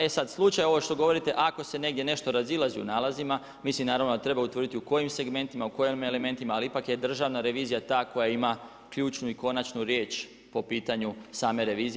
E sad, slučaj ovo što govorite, ako se negdje nešto razilazi u nalazima, mislim naravno da treba utvrditi u kojim segmentima, u kojim elementima, ali ipak je Državna revizija ta koja ima ključnu i konačnu riječ po pitanju same revizije.